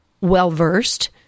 well-versed